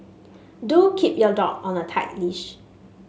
do keep your dog on a tight leash